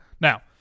Now